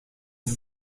sie